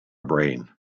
brain